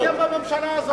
אתם הייתם בממשלה הזאת.